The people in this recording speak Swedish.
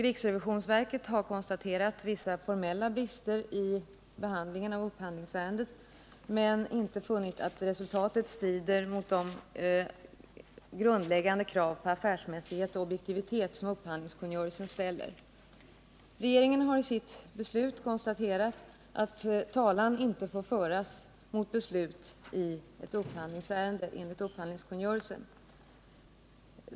Riksrevisionsverket har konstaterat vissa formella brister i behandlingen av upphandlingsärendet, men inte funnit att resultatet strider mot de grundläggande krav på affärsmässighet och objektivitet som upphandlingskungörelsen ställer. Regeringen har i sitt beslut konstaterat att enligt upphandlingskungörelsen talan inte får föras mot beslut i upphandlingsärende.